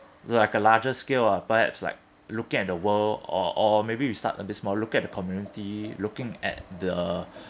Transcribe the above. like a larger scale or perhaps like looking at the world or or maybe we you start a bit small look at the community looking at the